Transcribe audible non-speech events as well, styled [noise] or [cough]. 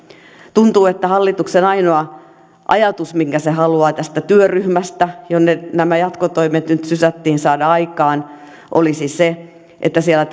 tuntuu että hallituksen ainoa ajatus minkä se haluaa tästä työryhmästä jonne nämä jatkotoimet nyt sysättiin saada aikaan olisi se että siellä [unintelligible]